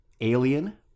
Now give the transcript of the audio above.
Alien